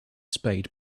spade